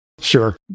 Sure